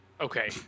Okay